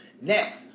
Next